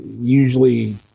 usually